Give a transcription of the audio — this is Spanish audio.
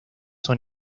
son